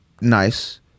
nice